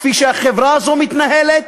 כפי שהחברה הזו מתנהלת.